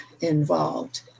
involved